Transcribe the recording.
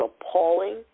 appalling